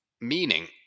meaning